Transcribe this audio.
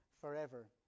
forever